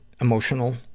emotional